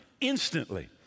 instantly